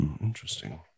Interesting